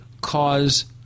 cause